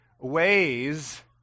ways